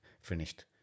finished